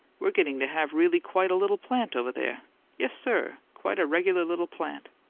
we're getting to have really quite a little plant over there yes, sir, quite a regular little plant!